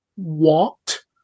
walked